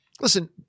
listen